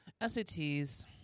SATs